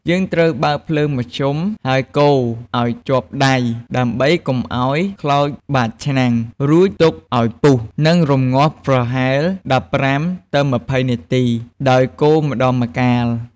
យើងត្រូវបើកភ្លើងមធ្យម ហើយកូរឱ្យជាប់ដៃ ដើម្បីកុំឱ្យខ្លោចបាតឆ្នាំង រួចទុកឱ្យពុះ និងរំងាស់ប្រហែល ១៥ ទៅ ២០ នាទីដោយកូរម្ដងម្កាល។